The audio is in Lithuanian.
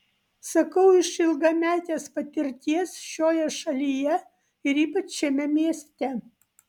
sakau iš ilgametės patirties šioje šalyje ir ypač šiame mieste